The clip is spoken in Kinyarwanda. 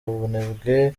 abanebwe